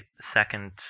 second